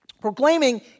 proclaiming